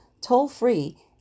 toll-free